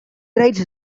writes